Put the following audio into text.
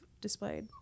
displayed